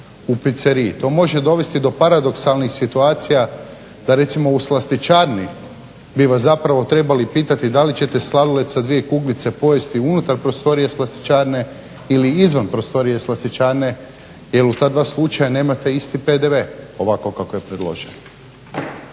To može dovesti do paradoksalnih situacija da recimo u slastičarni bi vas zapravo trebali pitati da li ćete sladoled sa dvije kuglice pojesti unutar prostorije slastičarne ili izvan prostorije slastičarne jer u ta dva slučaja nemate isti PDV ovako kako je predloženo.